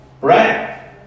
Right